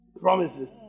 Promises